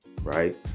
right